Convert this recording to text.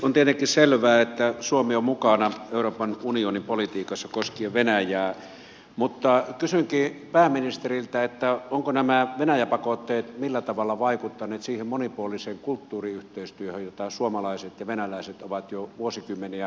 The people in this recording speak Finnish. on tietenkin selvää että suomi on mukana euroopan unionin politiikassa koskien venäjää mutta kysynkin pääministeriltä millä tavalla nämä venäjä pakotteet ovat vaikuttaneet siihen monipuoliseen kulttuuriyhteistyöhön jota suomalaiset ja venäläiset ovat jo vuosikymmeniä harjoittaneet